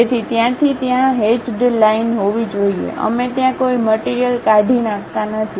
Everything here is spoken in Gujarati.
તેથી ત્યાંથી ત્યાં હેચડ લાઇન હોવી જોઈએ અમે ત્યાં કોઈ મટીરીયલ કાઢી નાખતા નથી